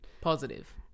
positive